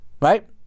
right